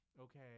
okay